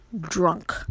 drunk